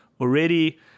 already